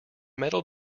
metal